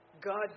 God